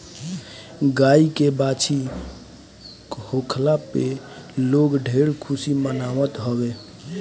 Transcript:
गाई के बाछी होखला पे लोग ढेर खुशी मनावत हवे